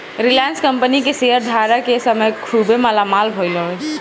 Reliance company के share धारक ए समय खुबे मालामाल भईले हवे